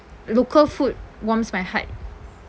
local food warms my heart